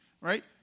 right